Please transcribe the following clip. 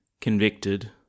Convicted